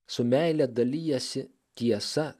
su meile dalijasi tiesa